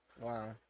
Wow